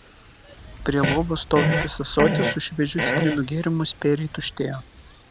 prie lovos stovintis ąsotis su šviežiu citrinų gėrimu spėriai tuštėjo